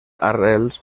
arrels